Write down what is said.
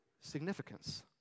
significance